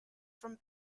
from